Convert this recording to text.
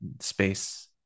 space